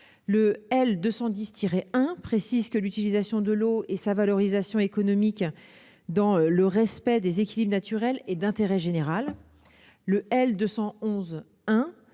dispose que l'utilisation de l'eau et sa valorisation économique, dans le respect des équilibres naturels, sont d'intérêt général. L'article